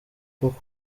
kuko